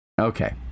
Okay